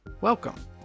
welcome